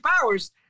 powers